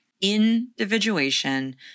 Individuation